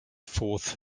fourth